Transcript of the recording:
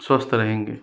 स्वस्थ रहेंगे